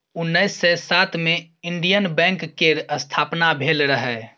उन्नैस सय सात मे इंडियन बैंक केर स्थापना भेल रहय